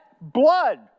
blood